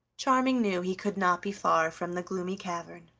charming knew he could not be far from the gloomy cavern,